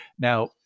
Now